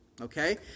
Okay